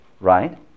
Right